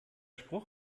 spruch